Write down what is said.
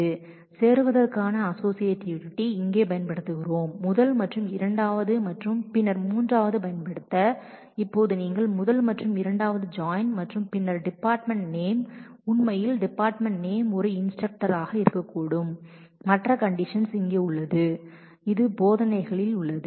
முதல் மற்றும் இரண்டாவது ரிலேஷன் சேருவதற்கான அஸோஸியேட்டிவிட்டி இங்கே பயன்படுத்துகிறோம் மற்றும் பின்னர் மூன்றாவது பயன்படுத்த இப்போது நீங்கள் முதல் மற்றும் இரண்டாவது ஜாயின் செய்கிறீர்கள் மற்றும் பின்னர் டிபார்ட்மெண்ட் நேம் உண்மையில் டிபார்ட்மெண்ட் நேம் ஒரு இன்ஸ்டரக்டர் ஆக இருக்கக்கூடும் மற்ற கண்டிஷன் இங்கே உள்ளது இது போதனைகளில் உள்ளது